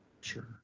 Sure